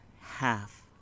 half